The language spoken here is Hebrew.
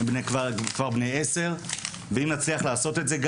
הם כבר בני 10. אם נצליח לעשות את זה בעתיד,